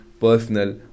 personal